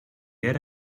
era